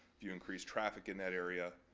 if you increase traffic in that area,